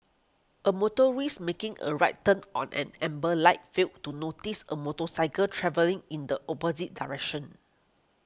a motorist making a right turn on an amber light failed to notice a motorcycle travelling in the opposite direction